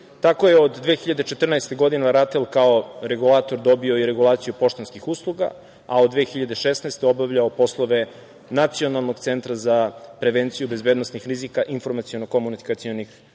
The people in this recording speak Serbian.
Tako je od 2014. godine RATEL kao regulator dobio i regulaciju poštanskih usluga, a od 2016. godine obavljao poslove Nacionalnog centra za prevenciju bezbednosnih rizika u informaciono-komunikacionim